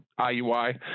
IUI